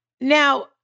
Now